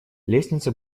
лестница